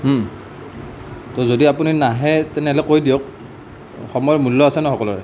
তো যদি আপুনি নাহে তেনেহ'লে কৈ দিয়ক সময়ৰ মূল্য আছে ন সকলোৰে